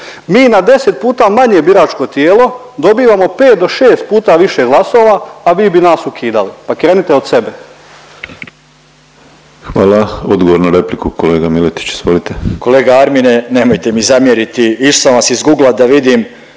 Mi na deset puta manje biračko tijelo dobivamo pet do šest puta više glasova, a vi bi nas ukidali. Pa krenite od sebe. **Penava, Ivan (DP)** Hvala. Odgovor na repliku kolega Miletić izvolite. **Miletić, Marin (MOST)** Kolega Armine nemojte mi zamjeriti, išo sam vas izguglat da vidim